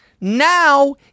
Now